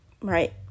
right